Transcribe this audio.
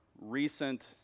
recent